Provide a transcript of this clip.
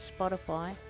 Spotify